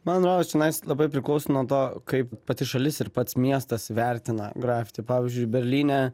man rodos čionais labai priklauso nuo to kaip pati šalis ir pats miestas vertina grafiti pavyzdžiui berlyne